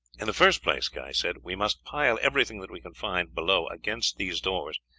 in the first place, guy said, we must pile everything that we can find below against these doors,